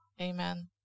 Amen